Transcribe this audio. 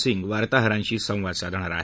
सिंग वार्ताहरांशी संवाद साधणार आहेत